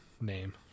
name